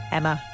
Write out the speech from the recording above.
Emma